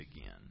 again